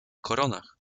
koronach